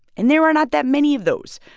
and there are not that many of those.